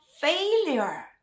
failure